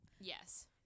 Yes